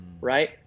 Right